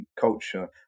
culture